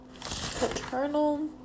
paternal